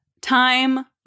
time